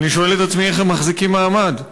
ואני שואל את עצמי: איך הם מחזיקים מעמד?